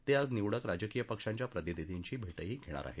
ते आज निवडक राजकीय पक्षांच्या प्रतिनिधींची भेटही घेणार आहेत